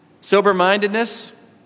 Sober-mindedness